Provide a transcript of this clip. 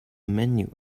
menu